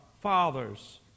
fathers